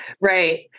Right